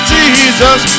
Jesus